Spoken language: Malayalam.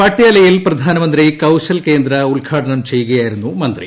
പാട്യാലയിൽ പ്രധാനമന്ത്രി കൌശൽ കേന്ദ്ര ഉദ്ഘാടനം ചെയ്യുകയായിരുന്നു മന്ത്രി